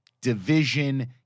division